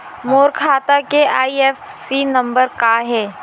मोर खाता के IFSC number का हे?